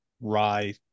rye